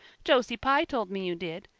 josie pye told me you did.